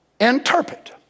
interpret